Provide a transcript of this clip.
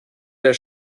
der